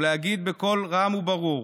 ולהגיד בקול רם וברור: